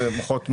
מוחות מעולים.